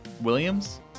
Williams